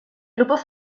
grupos